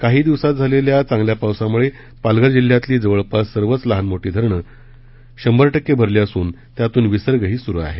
काही दिवसांत झालेल्या चांगल्या पावसामुळे पालघर जिल्ह्यातली जवळपास सर्वच लहानमोठी धरणं जवळपास शंभर टक्के भरली असून त्यातून विर्साही सुरू आहे